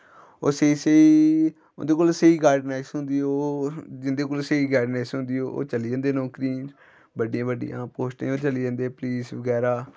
ओह् स्हेई स्हेई उं'दे कोल स्हेई गाईडनैस होंदी ओह् जिं'दे कोल स्हेई गाईडनैंस होंदी ओह् चली जंदे नौकरियें च बड्डियां बड्डियां पोस्टें पर चली जंदे पुलस बगैरा